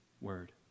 word